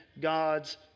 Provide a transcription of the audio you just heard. God's